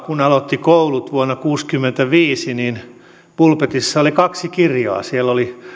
kun aloitti koulut vuonna kuusikymmentäviisi pulpetissa oli kaksi kirjaa siellä oli